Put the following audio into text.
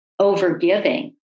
overgiving